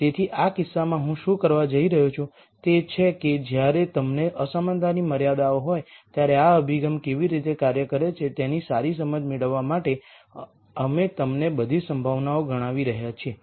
તેથી આ કિસ્સામાં હું શું કરવા જઇ રહ્યો છું તે છે કે જ્યારે તમને અસમાનતાની મર્યાદાઓ હોય ત્યારે આ અભિગમ કેવી રીતે કાર્ય કરે છે તેની સારી સમજ મેળવવા માટે અમે તમને બધી સંભાવનાઓ ગણાવી રહ્યા છીએ